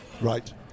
Right